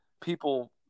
people